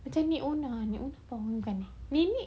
macam nek onah eh bukan eh nenek